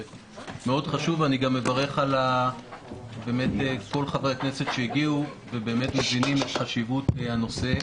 אני גם מברך על כל חברי הכנסת שהגיעו ומבינים את חשיבות הנושא.